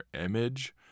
image